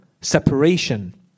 separation